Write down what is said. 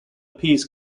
piece